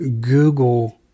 Google